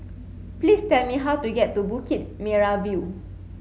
please tell me how to get to Bukit Merah View